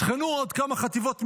תטחנו עוד כמה חטיבות מילואים,